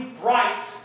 bright